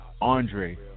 Andre